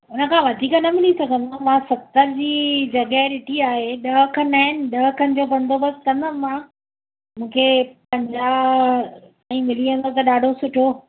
उनखां वधीक न मिली सघंदो आहे मां सतरि जी जॻहि ॾिठी आहे ॾह खणु आहिनि ॾह खण जो बंदोबस्तु कंदमि मां मूंखे पंजाहु ताईं मिली वेंदो त ॾाढो सुठो